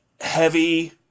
heavy